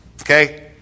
Okay